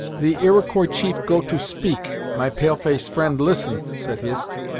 the iroquois chief go to speak my pale-face friend listen, said hist.